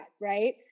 right